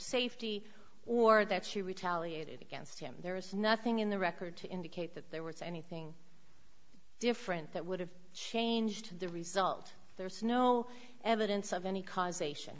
safety or that she retaliated against him there is nothing in the record to indicate that there were anything different that would have changed the result there is no evidence of any causation